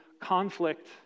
conflict